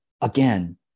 again